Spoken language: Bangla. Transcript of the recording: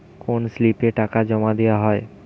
কোন স্লিপে টাকা জমাদেওয়া হয়?